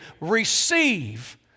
receive